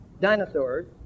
dinosaurs